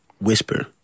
whisper